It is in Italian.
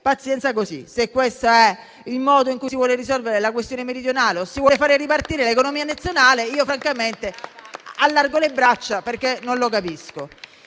pazienza così. Se questo è il modo in cui si vuole risolvere la questione meridionale o si vuole fare ripartire l'economia nazionale, francamente allargo le braccia, perché non lo capisco.